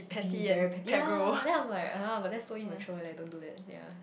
be very petty ya then I'm like !huh! but that's so immature leh don't do that ya